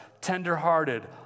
tender-hearted